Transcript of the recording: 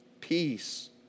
peace